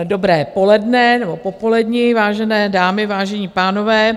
Dobré poledne, nebo popoledne, vážené dámy, vážení pánové.